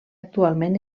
actualment